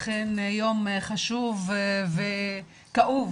אכן יום חשוב וכאוב,